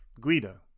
Guido